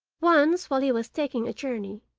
once, while he was taking a journey,